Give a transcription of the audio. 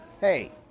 Hey